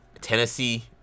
Tennessee